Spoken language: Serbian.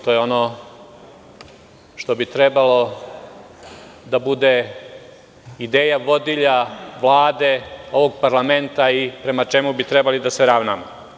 To je ono što bi trebalo da bude ideja vodilja Vlade, ovog parlamenta i prema čemu bi trebali da se ravnamo.